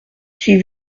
suis